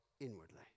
inwardly